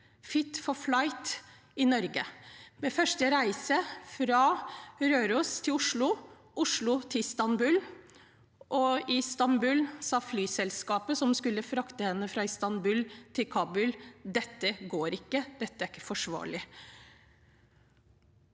«fit for flight» i Norge ved første reise, fra Røros til Oslo og fra Oslo til Istanbul. I Istanbul sa flyselskapet som skulle frakte henne fra Istanbul til Kabul: Dette går ikke, dette er ikke forsvarlig.